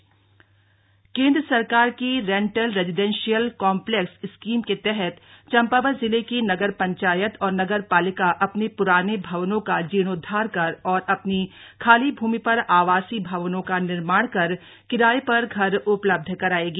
rental residential complex scheme केंद्र सरकार की रेंटल रेजिडेंशियल काम्प्लैक्स स्किम के तहत चम्पावत जिले की नगर पंचायत और नगर पालिका अपने प्राने भवनों का जीर्णोद्वार कर और अपनी खाली भूमि पर आवासीय भवनों का निर्माण कर किराये पर घर उपलब्ध कराएगी